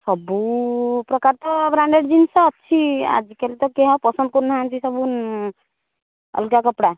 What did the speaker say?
ସବୁ ପ୍ରକାର ତ ବ୍ରାଣ୍ଡେଡ଼ ଜିନିଷ ଅଛି ଆଜିକାଲି ତ କେହି ଆଉ ପସନ୍ଦ କରୁନାହାନ୍ତି ସବୁ ଅଲଗା କପଡ଼ା